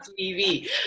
tv